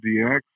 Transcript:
DX